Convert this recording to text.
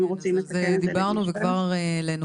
אם רוצים לתקן את זה לגיל 12. דיברנו וכבר העלינו